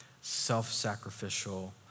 self-sacrificial